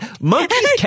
Monkeys